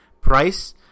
price